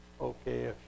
Okay